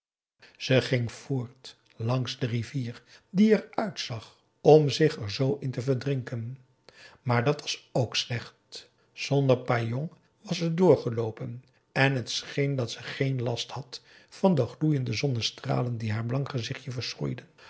ze ging voort langs de rivier die er uitzag om zich er z in te verdrinken maar dat was k slecht zonder pajong was ze doorgeloopen en t scheen dat ze geen last had van de gloeiende zonnestralen die haar blank gezichtje